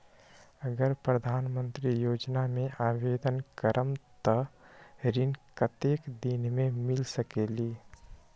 अगर प्रधानमंत्री योजना में आवेदन करम त ऋण कतेक दिन मे मिल सकेली?